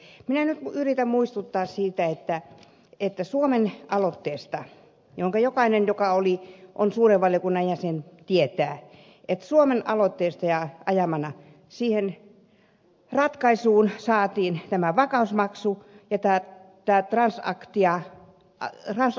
minä nyt yritän muistuttaa siitä että suomen aloitteesta minkä jokainen joka on suuren valiokunnan jäsen tietää ja ajamana siihen ratkaisuun saatiin tämä pankkivero ja tämä transaktioveron mahdollisuus